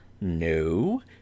No